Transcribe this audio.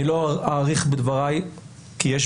אני לא אאריך בדבריי כי יש